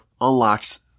unlocks